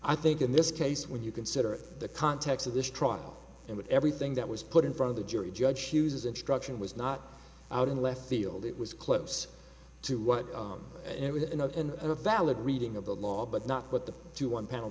i think in this case when you consider the context of this trial and everything that was put in front of the jury judge hughes instruction was not out in left field it was close to what it was enough and a valid reading of the law but not what the two one panel